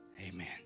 Amen